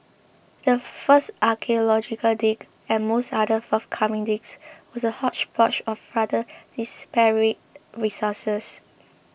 the first archaeological dig and most other forthcoming digs was a hodgepodge of rather disparate resources